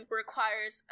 requires